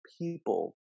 people